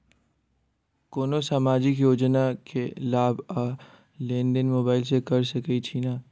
कोनो सामाजिक योजना केँ लाभ आ लेनदेन मोबाइल सँ कैर सकै छिःना?